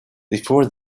before